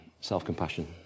self-compassion